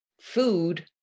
food